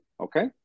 Okay